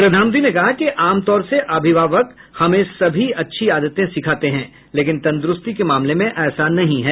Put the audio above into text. प्रधानमंत्री ने कहा कि आमतौर से अभिभावक हमें सभी अच्छी आदतें सिखाते हैं लेकिन तंदुरूस्ती के मामले में ऐसा नहीं है